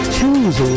Choose